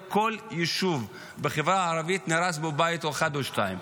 כיום בכל יישוב בחברה הערבית נהרס בית אחד או שניים.